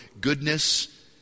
goodness